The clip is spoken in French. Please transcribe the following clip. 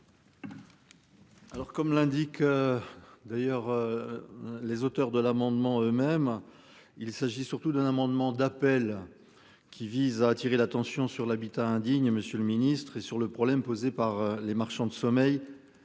Alors comme l'indique. D'ailleurs. Les auteurs de l'amendement eux-mêmes. Il s'agit surtout d'un amendement d'appel. Qui vise à attirer l'attention sur l'habitat indigne. Monsieur le ministre et sur le problème posé par les marchands de sommeil.